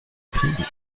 kriegen